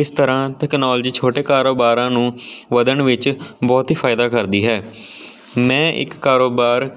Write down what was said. ਇਸ ਤਰ੍ਹਾਂ ਟੈਕਨੋਲੋਜੀ ਛੋਟੇ ਕਾਰੋਬਾਰਾਂ ਨੂੰ ਵਧਣ ਵਿੱਚ ਬਹੁਤ ਹੀ ਫਾਇਦਾ ਕਰਦੀ ਹੈ ਮੈਂ ਇੱਕ ਕਾਰੋਬਾਰ